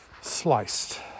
sliced